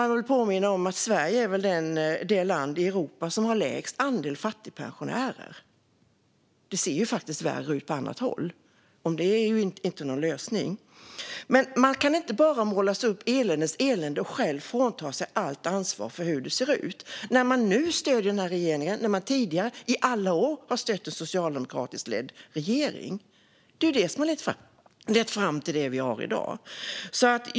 Låt mig påminna om att Sverige är det land i Europa som har lägst andel fattigpensionärer. Det ser faktiskt värre ut på annat håll - även om det inte är någon lösning. Man kan inte bara prata om eländes elände och frånta sig allt ansvar för hur det ser ut. Man stöder ju regeringen och har i alla år stött socialdemokratiskt ledda regeringar, vilket har lett fram till det vi har i dag.